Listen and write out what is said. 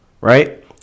right